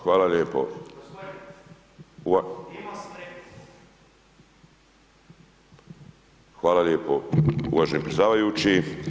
Hvala lijepo. … [[Upadica sa strane, ne razumije se.]] Hvala lijepo, uvaženi predsjedavajući.